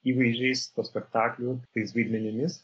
įvaizdžiais spektaklių tais vaidmenimis